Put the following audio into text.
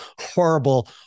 horrible